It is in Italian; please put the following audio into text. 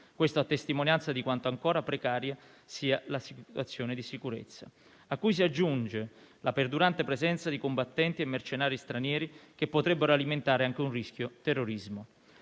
Questo a testimonianza di quanto ancora precaria sia la situazione di sicurezza, a cui si aggiunge la perdurante presenza di combattenti e mercenari stranieri che potrebbero alimentare anche un rischio terrorismo.